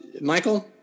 Michael